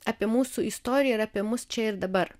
apie mūsų istoriją ir apie mus čia ir dabar